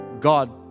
God